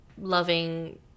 loving